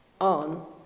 on